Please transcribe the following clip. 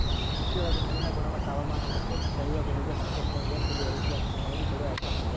ಕೃಷಿಯೊಳಗ ಮಣ್ಣಿನ ಗುಣಮಟ್ಟ, ಹವಾಮಾನ, ಮತ್ತ ಬೇಳಿಯೊ ಬೆಳಿಗೆ ಮಾರ್ಕೆಟ್ನ್ಯಾಗ ಏನ್ ಬೆಲೆ ಐತಿ ಅಂತ ನೋಡಿ ಬೆಳೆ ಆಯ್ಕೆಮಾಡಬೇಕು